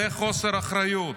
זה חוסר אחריות.